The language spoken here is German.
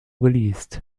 geleast